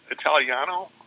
Italiano